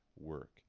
work